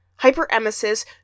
Hyperemesis